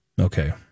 Okay